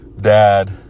dad